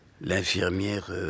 L'infirmière